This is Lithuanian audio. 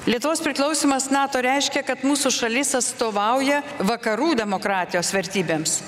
lietuvos priklausymas nato reiškia kad mūsų šalis atstovauja vakarų demokratijos vertybėms